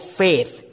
faith